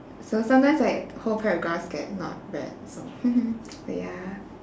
so sometimes like whole paragraphs get not read so but ya